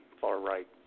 far-right